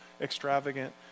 extravagant